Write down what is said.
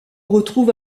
retrouve